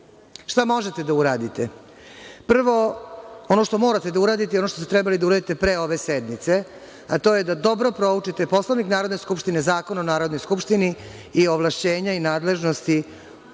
možete da uradite? Prvo, ono što morate da uradite i ono što ste trebali da uradite pre ove sednice, a to je da dobro proučite Poslovnik Narodne skupštine, Zakon o Narodnoj skupštini i ovlašćenja i nadležnosti,